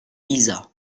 isa